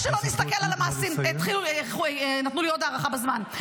איך שלא נסתכל על המעשים נתנו לי עוד הארכה בזמן.